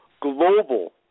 global